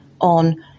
on